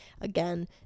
again